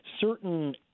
Certain